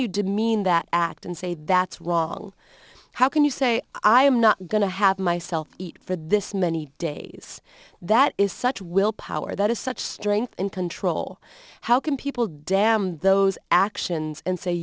you demean that act and say that's wrong how can you say i am not going to have myself eat for this many days that is such willpower that is such strength and control how can people damn those actions and say